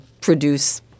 produce